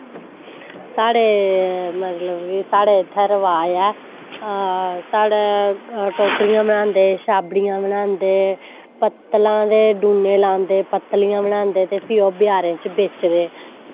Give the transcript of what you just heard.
साढ़े मतलव कि साढ़े इत्थें रवाज़ ऐ साढ़ै टोकरियां बनांदे छाबड़ियां बनांदे पत्तलां ते डूने लांदे लांदे पत्तलियां बनांदे ते फ्ही ओह् बज़ारें च बेचदे